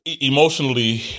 emotionally